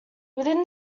within